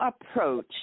approach